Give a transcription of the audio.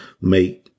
make